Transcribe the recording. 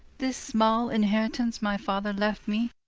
this small inheritance my father left me,